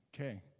Okay